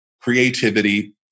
creativity